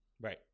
Right